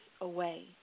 away